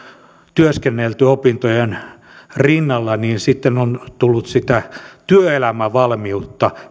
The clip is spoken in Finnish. työskennelty opintojen rinnalla niin sitten on tullut sitä työelämävalmiutta